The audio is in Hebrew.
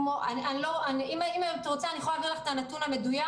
אם את רוצה אני יכולה להעביר לך את הנתון המדויק,